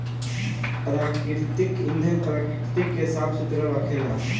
प्राकृतिक ईंधन प्रकृति के साफ सुथरा रखेला